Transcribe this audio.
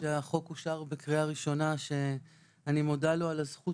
שהחוק אושר בקריאה ראשונה שאני מודה לו על הזכות